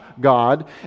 God